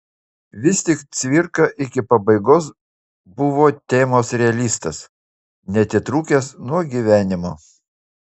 vis tik cvirka iki pabaigos buvo temos realistas neatitrūkęs nuo gyvenimo